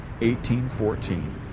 1814